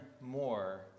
more